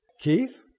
Keith